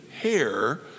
hair